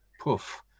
poof